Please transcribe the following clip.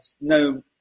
no